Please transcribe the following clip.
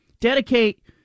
dedicate